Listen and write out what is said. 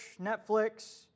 Netflix